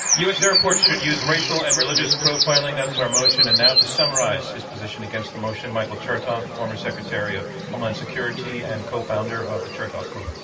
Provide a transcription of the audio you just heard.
u. s. airports should use racial and religious profiling, that's our motion. and now to summarize his position against the motion, michael chertoff, former secretary of homeland security and cofounder of the chertoff group.